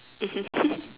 mmhmm